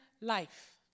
life